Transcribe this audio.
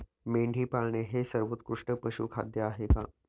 मेंढी पाळणे हे सर्वोत्कृष्ट पशुखाद्य आहे का?